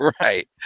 Right